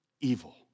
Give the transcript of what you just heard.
evil